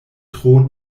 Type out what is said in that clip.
tro